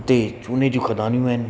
हिते चूने जूं खदानियूं आहिनि